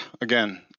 again